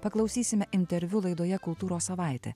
paklausysime interviu laidoje kultūros savaitė